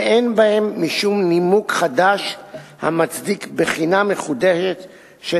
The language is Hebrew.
ואין בהם משום נימוק חדש המצדיק בחינה מחודשת של